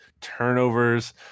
turnovers